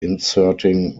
inserting